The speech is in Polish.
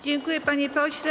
Dziękuję, panie pośle.